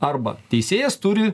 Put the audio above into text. arba teisėjas turi